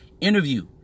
interview